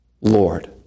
Lord